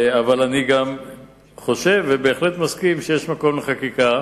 אבל אני גם חושב ובהחלט מסכים שיש מקום לחקיקה,